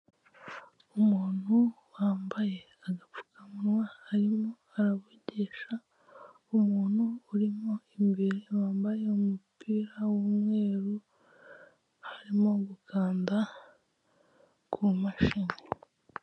Umuntu wambaye agapfukamunwa, arimo aravugisha umuntu urimo imbere wambaye umupira w'umweru, arimo gukanda ku mashini.